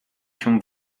się